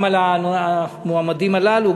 גם על המועמדים הללו,